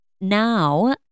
Now